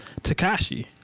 Takashi